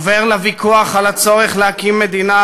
עובר לוויכוח על הצורך להקים מדינה